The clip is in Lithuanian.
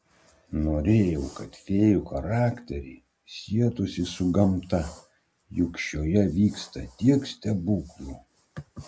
norėjau kad fėjų charakteriai sietųsi su gamta juk šioje vyksta tiek stebuklų